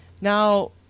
Now